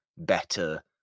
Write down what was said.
better